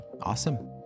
Awesome